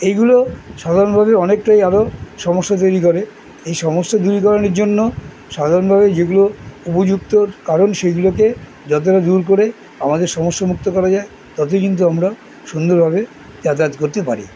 এইগুলো সাধারণভাবে অনেকটাই আরও সমস্যা তৈরি করে এই সমস্যা দূরীকরণের জন্য সাধারণভাবে যেগুলো উপযুক্ত কারণ সেইগুলোকে যতটা দূর করে আমাদের সমস্যা মুক্ত করা যায় ততই কিন্তু আমরা সুন্দরভাবে তাতে পারি